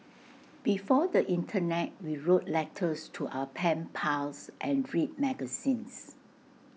before the Internet we wrote letters to our pen pals and read magazines